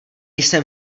jsem